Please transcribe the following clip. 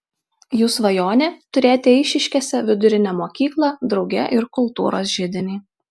jų svajonė turėti eišiškėse vidurinę mokyklą drauge ir kultūros židinį